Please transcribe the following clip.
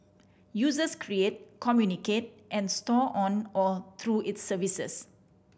users create communicate and store on or through its services